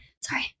Sorry